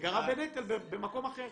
זה גרע בנטל במקום אחר.